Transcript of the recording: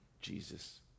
jesus